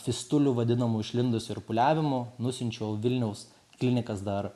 fistulių vadinamų išlindusių ir pūliavimų nusiunčiau į vilniaus klinikas dar